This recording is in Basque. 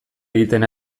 egiten